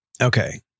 Okay